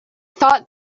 thought